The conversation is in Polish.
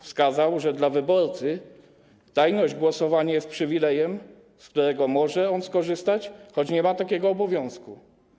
Wskazał, że dla wyborcy tajność głosowań jest przywilejem, z którego może on skorzystać, choć nie ma takiego obowiązku.